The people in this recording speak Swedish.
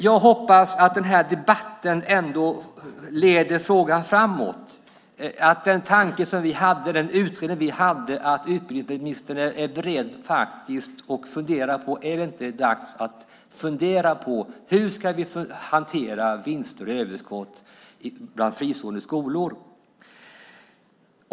Jag hoppas att den här debatten ändå leder frågan framåt om den tanke vi hade i utredningen. Är det inte dags för utbildningsministern att fundera på: Hur ska vi hantera vinster och överskott bland fristående skolor?